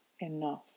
enough